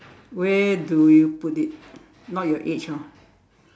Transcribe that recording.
where do you put it not your age hor